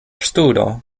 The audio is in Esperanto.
studo